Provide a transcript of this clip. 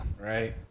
right